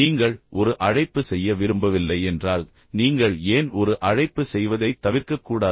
நீங்கள் ஒரு அழைப்பு செய்ய விரும்பவில்லை என்றால் நீங்கள் ஏன் ஒரு அழைப்பு செய்வதைத் தவிர்க்கக்கூடாது